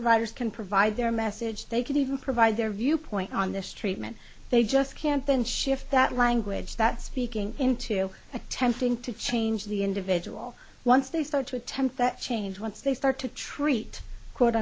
providers can provide their message they can even provide their viewpoint on this treatment they just can't then shift that language that's speaking into attempting to change the individual once they start to attempt that change once they start to treat quote